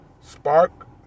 spark